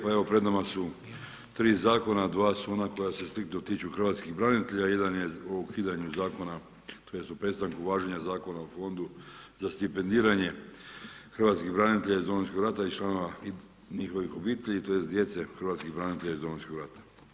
Pred nama su 3 zakona, 2 su ona koja se striktno tiču hrvatskih branitelja, jedan je o ukidanju zakona o prestanku važenja zakona o fondu za stipendiranje hrvatskih branitelja iz Domovinskog rata i članova njihovih obitelji, tj. djece hrvatskih branitelja iz Domovinskog rata.